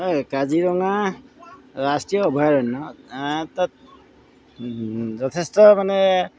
হয় কাজিৰঙা ৰাষ্ট্ৰীয় অভয়াৰণ্য তাত যথেষ্ট মানে